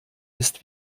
ist